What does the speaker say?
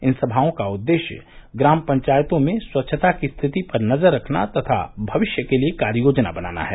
इन समाओं का उद्देश्य ग्राम पंचायतों में स्वच्छता की स्थिति पर नजर रखना तथा भविष्य के लिए कार्ययोजना बनाना है